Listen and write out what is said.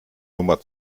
nummer